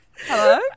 Hello